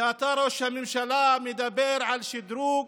כשאתה, ראש הממשלה, מדבר על שדרוג,